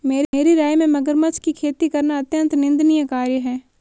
मेरी राय में मगरमच्छ की खेती करना अत्यंत निंदनीय कार्य है